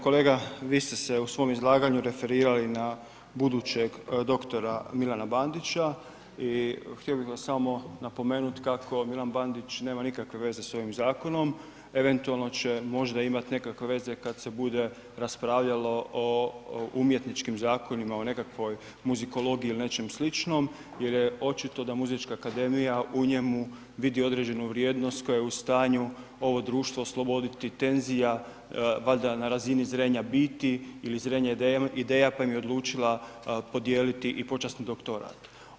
Kolega, vi ste se u svom izlaganju referirali na budućeg doktora Milana Bandića i htio bih vam samo napomenuti kako Milan Bandić nema nikakve veze sa ovim zakonom, eventualno će možda imati nekakve veze kad se bude raspravljalo o umjetničkim zakonima, o nekakvoj muzikologiji ili nečemu slično jer je očito da Muzička akademija u njemu vidi određenu vrijednost koja je u stanju ovo društvo osloboditi tenzija valjda na razini zrenja biti ili zrenja ideja kojim je odlučila podijeliti i počasni doktorat.